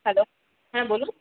hello হ্যাঁ বলুন